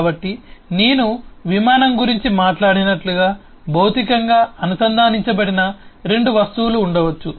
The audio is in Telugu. కాబట్టి నేను విమానం గురించి మాట్లాడినట్లుగా భౌతికంగా అనుసంధానించబడిన రెండు వస్తువులు ఉండవచ్చు